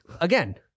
again